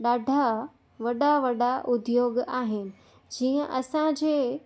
ॾाढा वॾा वॾा उद्योग आहिनि जीअं असांजे